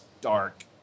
dark